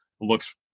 looks